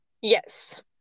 Yes